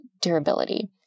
durability